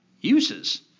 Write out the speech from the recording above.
uses